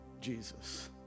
Jesus